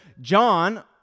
John